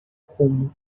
como